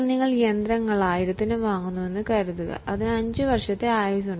നിങ്ങൾ യന്ത്രങ്ങൾ 10000 ന് വാങ്ങുന്നുവെന്ന് കരുതുക അതിന് 5 വർഷത്തെ ആയുസ്സ് ഉണ്ട്